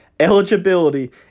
Eligibility